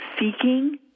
seeking